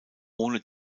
ohne